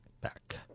back